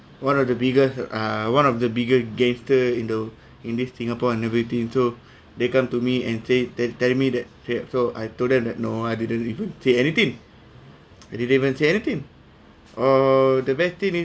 one of the biggest uh one of the bigger gangster in the in this singapore and everything so they come to me and say that tell me that here so I told them that no I didn't even say anything I didn't even say anything orh the bad thing is